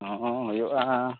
ᱦᱮᱸ ᱦᱳᱭᱳᱜᱼᱟ